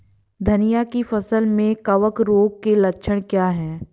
धनिया की फसल में कवक रोग के लक्षण क्या है?